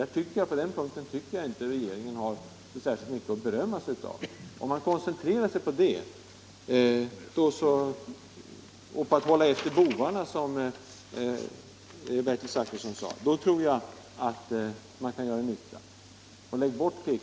Därvidlag tycker jag inte att regeringen har särskilt mycket att berömma sig av. Om man koncentrerar sig på sådana åtgärder och på att hålla efter bovarna, som Bertil Zachrisson sade, tror jag att man kan göra nytta. Lägg bort pek